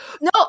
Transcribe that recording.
No